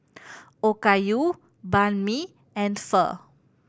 Okayu Banh Mi and Pho